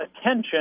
attention